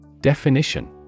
Definition